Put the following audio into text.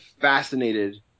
fascinated